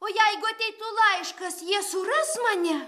o jeigu ateitų laiškas jie suras mane